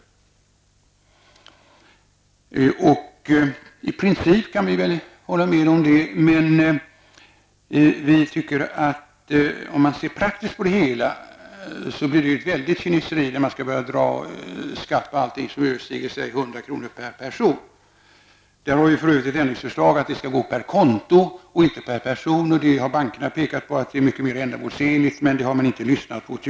I princip kan vi väl hålla med om det. Men vi tycker att om man ser praktiskt på detta blir det ett väldigt kineser,i när man skall börja dra skatt på allt som t.ex. överstiger 100 kr. per person. Där har vi för övrigt ett ändringsförslag om att man skall räkna per konto och inte per person. Bankerna har pekat på att det är mycket mera ändamålsenligt, men det har man inte lyssnat på.